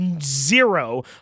zero